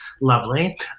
lovely